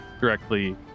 directly